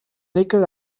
nickel